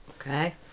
Okay